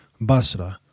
Basra